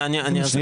אני אסביר משהו.